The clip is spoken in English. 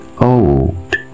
old